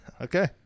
Okay